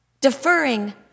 deferring